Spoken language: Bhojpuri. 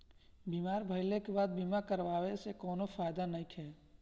बीमार भइले के बाद बीमा करावे से कउनो फायदा नइखे